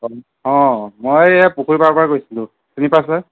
অঁ মই এইয়া পুখুৰী পাৰৰপৰা কৈছিলোঁ চিনি পাইছনে